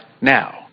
now